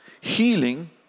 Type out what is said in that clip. Healing